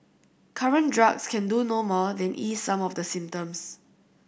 current drugs can do no more than ease some of the symptoms